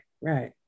Right